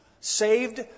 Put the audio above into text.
saved